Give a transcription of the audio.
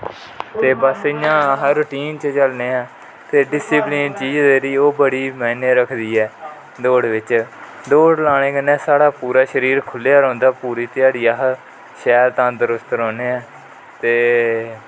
ते बस इया हर टीम च जन्ने आं हा ते डिसीपलेन ऐ जेहडी ओह् बडा मायने रखदी ऐ दौड बिच दौड लाने कन्ने साढ़ा पुरा शरीर खुलया रौंहदा पुरी घ्याडी शैल तंदरुसत रौहने हा ते